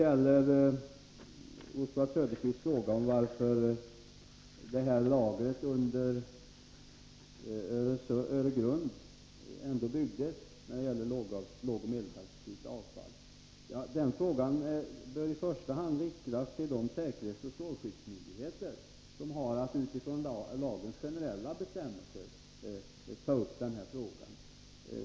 Oswald Söderqvists fråga om anledningen till att lagret för lågoch medelaktivt avfall under Öregrundsgrepen byggdes bör i första hand riktas till de säkerhetsoch strålskyddsmyndigheter som har att utifrån lagens generella bestämmelser behandla den frågan.